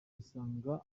isanga